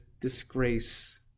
disgrace